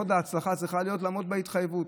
וסוד ההצלחה היא לעמוד בהתחייבות.